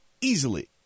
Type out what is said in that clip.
easily